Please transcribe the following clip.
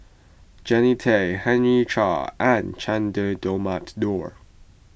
Jannie Tay Henry Chia and Che Dah Mohamed Noor